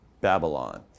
Babylon